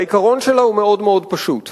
העיקרון שלה מאוד מאוד פשוט: